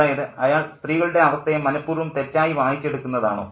അതായത് അയാൾ സ്ത്രീകളുടെ അവസ്ഥയെ മനഃപൂർവ്വം തെറ്റായി വായിച്ചെടുക്കുന്നതാണോ